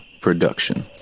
Production